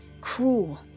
cruel